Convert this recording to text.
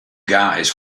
guys